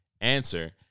answer